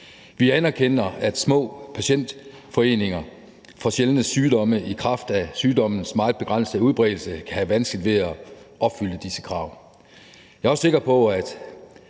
Vi anerkender, at små patientforeninger for sjældne sygdomme i kraft af sygdommens meget begrænsede udbredelse kan have vanskeligt ved at opfylde disse krav. Jeg er også sikker på, at